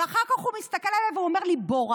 ואחר כך הוא מסתכל עליי והוא אומר לי "בורה".